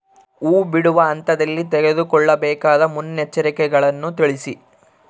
ಹೂ ಬಿಡುವ ಹಂತದಲ್ಲಿ ತೆಗೆದುಕೊಳ್ಳಬೇಕಾದ ಮುನ್ನೆಚ್ಚರಿಕೆಗಳನ್ನು ತಿಳಿಸಿ?